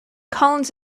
collins